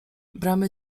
bramy